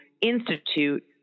institute